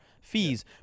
fees